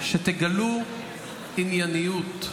שתגלו ענייניות.